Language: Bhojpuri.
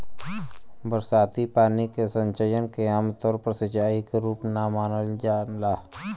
बरसाती पानी के संचयन के आमतौर पर सिंचाई क रूप ना मानल जाला